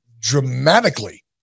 dramatically